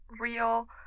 real